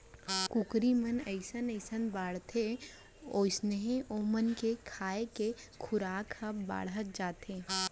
कुकरी मन जइसन जइसन बाढ़थें वोइसने ओमन के खाए के खुराक ह बाढ़त जाथे